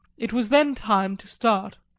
it was then time to start.